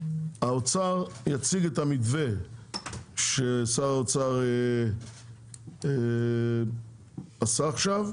האוצר יציג את המתווה ששר האוצר עשה עכשיו,